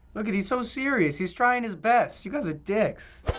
lookit. he's so serious. he's trying his best. you guys are dicks.